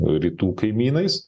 rytų kaimynais